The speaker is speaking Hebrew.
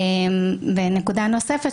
נקודה נוספת,